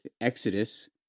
Exodus